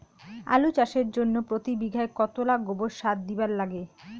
আলু চাষের জইন্যে প্রতি বিঘায় কতোলা গোবর সার দিবার লাগে?